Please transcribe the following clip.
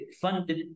funded